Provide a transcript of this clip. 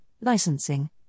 licensing